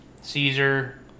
Caesar